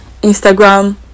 instagram